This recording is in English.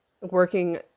working